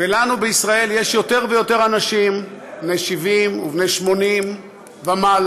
ולנו בישראל יש יותר ויותר אנשים בני 70 ובני 80 ומעלה,